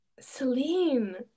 Celine